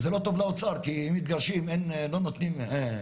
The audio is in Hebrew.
זה לא טוב לאוצר, כי אם מתגרשים לא נותנים כסף.